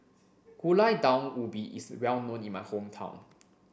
Gulai Daun Ubi is well known in my hometown